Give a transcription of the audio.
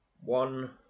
One